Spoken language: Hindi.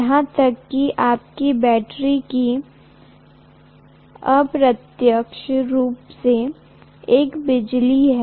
यहां तक कि आपकी बैटरी भी अप्रत्यक्ष रूप से एक बिजली ही हैं